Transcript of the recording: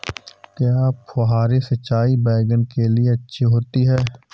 क्या फुहारी सिंचाई बैगन के लिए अच्छी होती है?